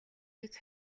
гэж